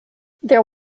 there